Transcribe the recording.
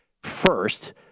First